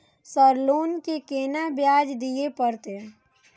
Sir loan के केना ब्याज दीये परतें?